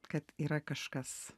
kad yra kažkas